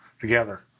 together